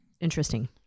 Interesting